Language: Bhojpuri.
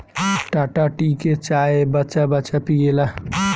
टाटा टी के चाय बच्चा बच्चा पियेला